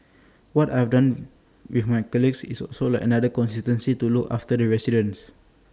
what I've done with my colleagues is also like another constituency to look after the residents